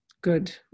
Good